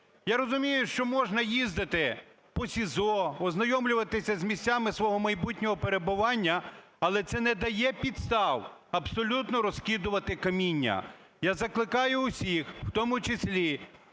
Я розумію, що можна їздити по СІЗО, ознайомлюватися з місцями свого майбутнього перебування, але це не дає підстав абсолютно розкидувати каміння. Я закликаю усіх, в тому числі